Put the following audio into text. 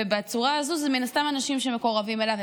ובצורה הזו זה מן הסתם אנשים שמקורבים אליו.